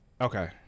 okay